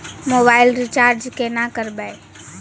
Mobile recharge केना करबै?